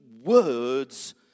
words